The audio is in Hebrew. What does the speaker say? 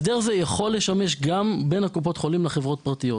הסדר זה יכול לשמש גם בין קופות החולים לחברות הפרטיות.